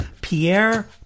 Pierre